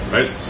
Right